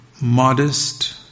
modest